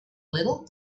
little